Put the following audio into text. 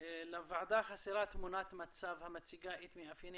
לוועדה חסרה תמונת מצב המציגה את מאפייני